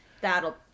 That'll